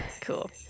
Cool